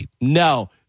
No